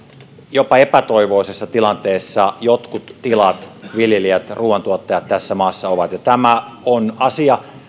jopa epätoivoisessa tilanteessa jotkut tilat viljelijät ruuantuottajat tässä maassa ovat tämä on asia